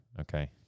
okay